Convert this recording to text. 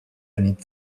beneath